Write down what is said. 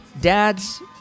dads